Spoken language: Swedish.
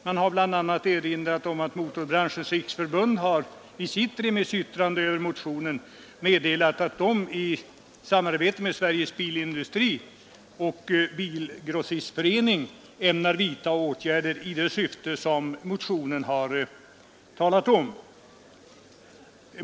Det har bl.a. erinrat om att Motorbranschens riksförbund i sitt remissyttrande över motionen meddelat, att det i samarbete med Sveriges bilindustrioch bilgrossistförening ämnar vidta åtgärder i motionens syfte.